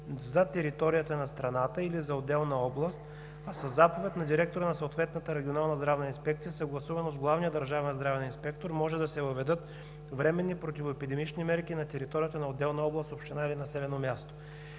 за територията на страната или за отделна област, а със заповед на директора на съответната регионална здравна инспекция, съгласувано с главния държавен здравен инспектор, може да се въведат временни противоепидемични мерки на територията на отделна област, община или населено място.